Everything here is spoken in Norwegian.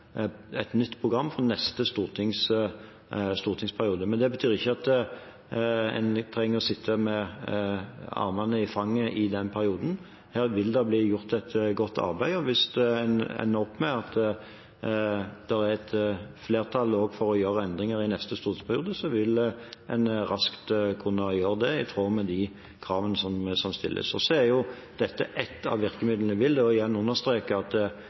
betyr ikke at en trenger å sitte med hendene i fanget i den perioden. Her vil det bli gjort et godt arbeid, og hvis en ender opp med at det er et flertall for å gjøre endringer i neste stortingsperiode, vil en raskt kunne gjøre det, i tråd med de kravene som stilles. Så er dette ett av virkemidlene, og jeg vil igjen understreke at